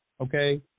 okay